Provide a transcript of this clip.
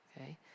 okay